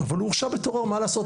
אבל הוא הורשע בטרור, מה לעשות?